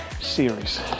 series